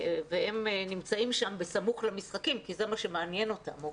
והם נמצאים שם בסמוך למשחקים כי זה מה שמעניין אותם.